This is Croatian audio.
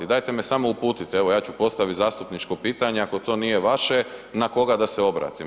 Dajte me samo uputite, evo ja ću postavit zastupničko pitanje ako to nije vaše na koga da se obratim?